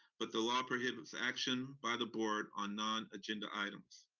but the law prohibits action by the board on non-agenda items.